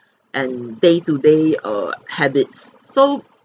and day to day err habits so